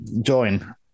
join